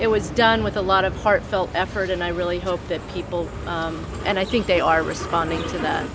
it was done with a lot of heartfelt effort and i really hope that people and i think they are responding to th